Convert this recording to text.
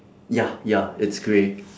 ya ya it's grey